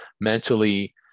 mentally